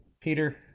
Peter